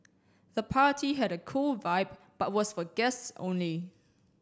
the party had a cool vibe but was for guests only